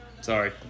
Sorry